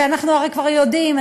ואנחנו הרי כבר יודעים,